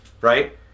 Right